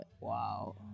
Wow